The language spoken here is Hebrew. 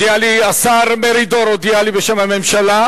הודיע לי, השר מרידור הודיע לי בשם הממשלה.